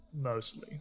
mostly